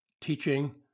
teaching